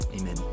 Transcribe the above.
Amen